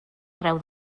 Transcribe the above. arreu